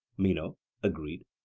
meno agreed.